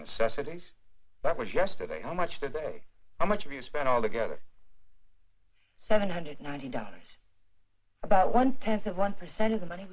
necessity that was yesterday on much today how much of you spent altogether seven hundred ninety dollars about one tenth of one percent of the money